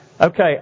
Okay